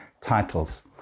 titles